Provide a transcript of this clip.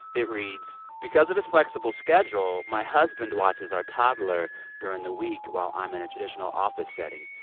it reads, because of his flexible schedule, my husband watches our toddler during the week while i'm in a traditional office setting.